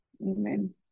Amen